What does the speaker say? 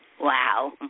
Wow